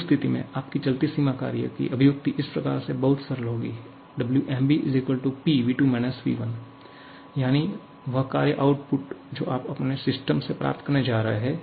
उस स्थिति में आपकी चलती सीमा कार्य की अभिव्यक्ति इस प्रकार से बहुत सरल होगी Wmb P यानी वह कार्य आउटपुट जो आप अपने सिस्टम से प्राप्त करने जा रहे हैं